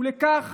ולכך